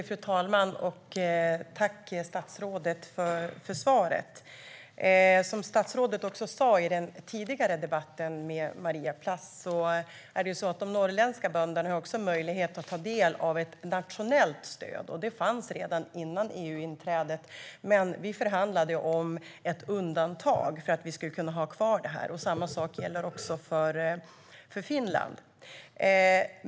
Fru talman! Tack, statsrådet, för svaret! Som statsrådet sa i den tidigare debatten med Maria Plass har de norrländska bönderna också möjlighet att ta del av ett nationellt stöd. Det fanns redan före EU-inträdet, och vi förhandlade om ett undantag för att kunna ha kvar det. Samma sak gäller för Finland.